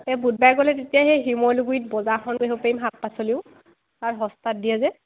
এই বুধবাৰে গ'লে তেতিয়া সেই শিমলুগুৰিত বজাৰখন ধৰিব পাৰিম শাক পাচলিও তাত সস্তাত দিয়ে যে